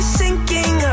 sinking